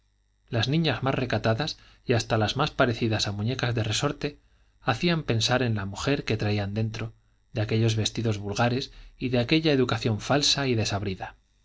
las niñas más recatadas y hasta las más parecidas a muñecas de resorte hacían pensar en la mujer que traían debajo de aquellos vestidos vulgares y de aquella educación falsa y desabrida